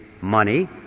money